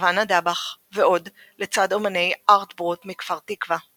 נירוונה דאבח ועוד לצד אמני 'ארט ברוט' מכפר תקווה.